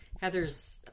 heather's